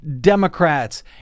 Democrats